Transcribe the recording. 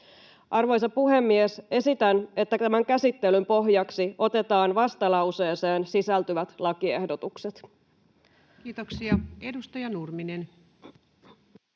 Arvoisa puhemies! Esitän, että tämän käsittelyn pohjaksi otetaan vastalauseeseen sisältyvät lakiehdotukset. [Speech 152] Speaker: